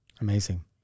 Amazing